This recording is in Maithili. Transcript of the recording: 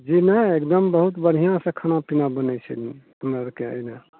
जी नहि एकदम बहुत बढ़िऑं से खाना पीना बनै छै हमरा आरके एहिमे